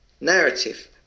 narrative